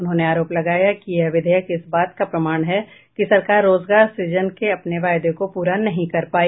उन्होंने आरोप लगाया कि यह विधेयक इस बात का प्रमाण है कि सरकार रोजगार सुजन के अपने वायदे को पूरा नहीं कर पाई